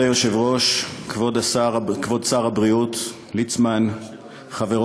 דוח משרד הבריאות על זמני ההמתנה